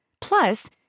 Plus